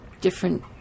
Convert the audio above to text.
different